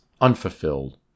unfulfilled